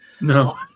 No